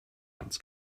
ganz